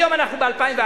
היום אנחנו ב-2011,